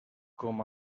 com